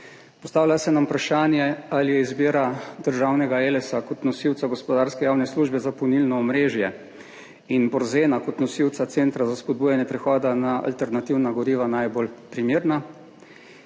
Postavlja se nam vprašanje, ali je izbira državnega Elesa kot nosilca gospodarske javne službe za polnilno omrežje in Borzena kot nosilca centra za spodbujanje prehoda na alternativna goriva najbolj primerna.